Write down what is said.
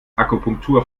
akupunktur